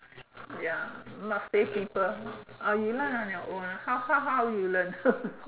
ya must save people ah you learn on your own how how how you learn